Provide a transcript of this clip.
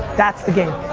that's the game.